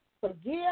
Forgive